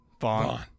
Vaughn